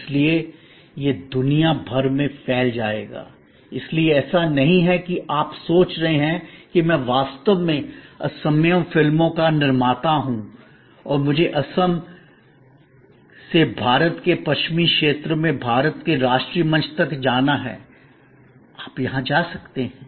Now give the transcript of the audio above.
इसलिए यह दुनिया भर में फैल जाएगा इसलिए ऐसा नहीं है कि आप सोच रहे हैं कि मैं वास्तव में असमिया फिल्मों का निर्माता हूं और मुझे असम से भारत के पश्चिमी क्षेत्र में भारत के राष्ट्रीय मंच तक जाना है आप यहां जा सकते हैं